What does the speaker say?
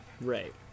Right